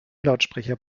lautsprecher